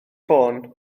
ffôn